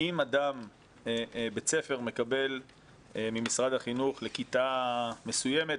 אם בית ספר מקבל ממשרד החינוך לכיתה מסוימת,